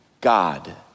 God